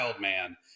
man